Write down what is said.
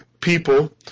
people